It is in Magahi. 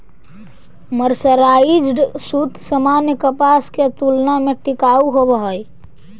मर्सराइज्ड सूत सामान्य कपास के तुलना में टिकाऊ होवऽ हई